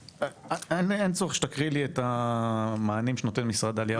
אין צורך שתקרא את המענים שנותנים משרד העלייה והקליטה.